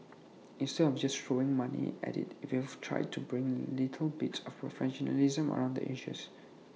instead of just throwing money at IT we've tried to bring little bits of professionalism around the edges